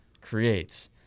creates